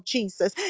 Jesus